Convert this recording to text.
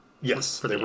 Yes